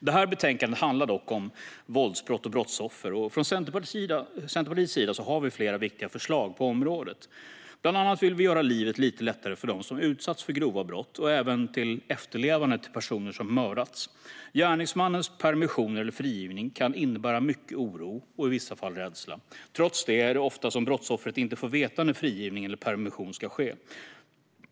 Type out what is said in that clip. Detta betänkande handlar dock om våldsbrott och brottsoffer, och från Centerpartiets sida har vi flera viktiga förslag på det området. Bland annat vill vi göra livet lite lättare för dem som utsatts för grova brott och även för efterlevande till personer som mördats. Gärningsmannens permissioner eller frigivning kan innebära mycket oro och i vissa fall rädsla. Trots det får brottsoffret ofta inte veta när frigivning eller permission ska ske.